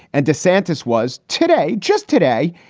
and desantis was today, just today,